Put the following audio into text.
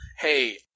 hey